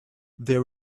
there